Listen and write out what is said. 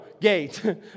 gate